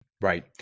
Right